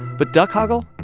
but duck hoggle?